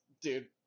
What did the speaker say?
dude